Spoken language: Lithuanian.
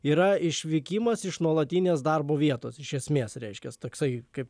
yra išvykimas iš nuolatinės darbo vietos iš esmės reiškias toksai kaip